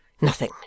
Nothing